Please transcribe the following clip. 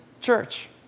church